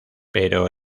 pero